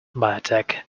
biotech